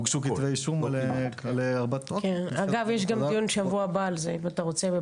אגב, יש גם דיון בשבוע הבא על זה, אם אתה רוצה.